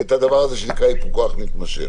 את הדבר הזה שנקרא "ייפוי כוח מתמשך".